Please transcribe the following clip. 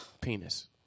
penis